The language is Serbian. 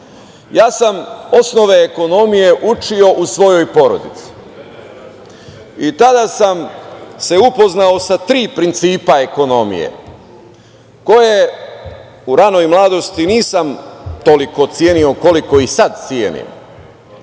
sam osnove ekonomije učio u svojoj porodici i tada sam se upoznao sa tri principa ekonomije koje u ranoj mladosti nisam toliko cenio koliko ih sada cenim.